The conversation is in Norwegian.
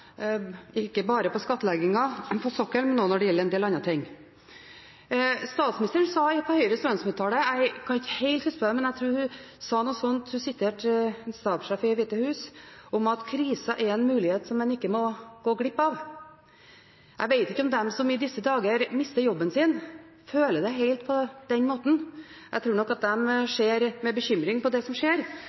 ikke bare når det gjelder skattleggingen og sokkelen, men også når det gjelder en del andre ting. Statsministeren siterte i Høyres landsmøtetale en stabssjef i Det hvite hus på noe sånt som at kriser er en mulighet man ikke må gå glipp av. Jeg vet ikke om de som i disse dager mister jobben sin, føler det helt på den måten. Jeg tror nok at de ser med bekymring på det som skjer,